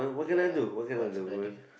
ya what can I do